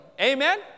Amen